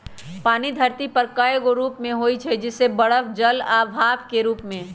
पानी धरती पर कए गो रूप में हई जइसे बरफ जल आ भाप के रूप में